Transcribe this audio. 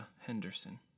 Henderson